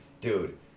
dude